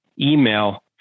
email